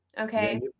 okay